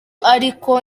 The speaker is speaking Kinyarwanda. ariko